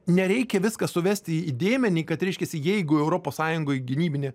nereikia viską suvesti į dėmenį kad reiškiasi jeigu europos sąjungoj gynybinė